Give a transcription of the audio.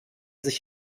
sich